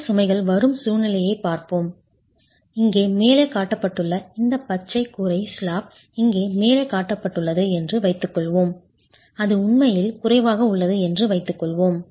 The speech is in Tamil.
மற்ற சுமைகள் வரும் சூழ்நிலையைப் பார்ப்போம் இங்கே மேலே காட்டப்பட்டுள்ள இந்த பச்சை கூரை ஸ்லாப் இங்கே மேலே காட்டப்பட்டுள்ளது என்று வைத்துக்கொள்வோம் அது உண்மையில் குறைவாக உள்ளது என்று வைத்துக்கொள்வோம்